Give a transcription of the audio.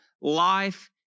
life